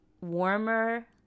warmer